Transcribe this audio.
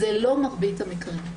אלו לא מרבית המקרים.